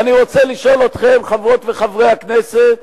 אני רוצה לשאול אתכם, חברות וחברי הכנסת: